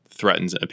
threatens